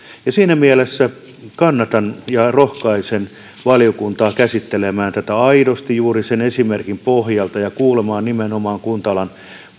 ja siinä mielessä kannatan ja rohkaisen valiokuntaa käsittelemään tätä aidosti juuri sen esimerkin pohjalta ja kuulemaan nimenomaan kunta alan